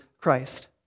Christ